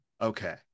Okay